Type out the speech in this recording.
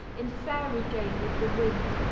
in fairy game with the wind,